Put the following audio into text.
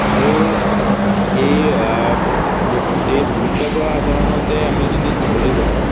আৰু এই বস্তু এই ভূমিকাবোৰ সাধাৰণতে আমি যদি চাবলৈ যাওঁ